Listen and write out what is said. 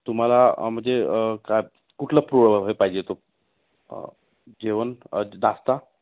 तुम्हाला म्हणजे का कुठलं प्रो हे पाहिजे तो जेवण नाश्ता